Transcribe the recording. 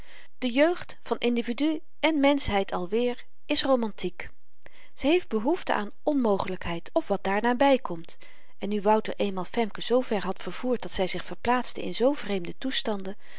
de jeugd van individu en mensheid alweêr is romantiek ze heeft behoefte aan onmogelykheid of wat daar naby komt en nu wouter eenmaal femke zoo ver had vervoerd dat zy zich verplaatste in zoo vreemde toestanden